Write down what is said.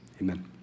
amen